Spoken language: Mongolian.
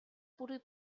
бүрий